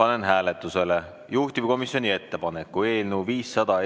panen hääletusele juhtivkomisjoni ettepaneku eelnõu 500